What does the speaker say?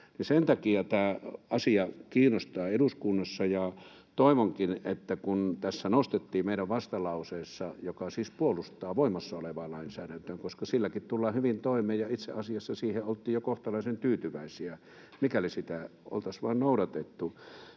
Sen takia tämä asia kiinnostaa eduskunnassa, ja meidän vastalause — joka siis puolustaa voimassa olevaa lainsäädäntöä, koska silläkin tullaan hyvin toimeen ja itse asiassa siihen oltiin jo kohtalaisen tyytyväisiä, mikäli sitä oltaisiin vaan noudatettu